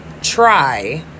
try